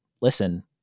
listen